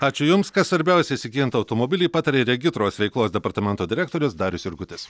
ačiū jums kas svarbiausia įsigyjant automobilį pataria regitros veiklos departamento direktorius darius jurgutis